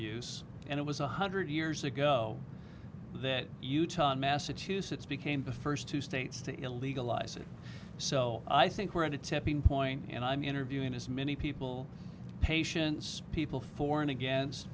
use and it was one hundred years ago that utah massachusetts became the first two states to illegalize it so i think we're at a tipping point and i'm interviewing as many people patients people for and against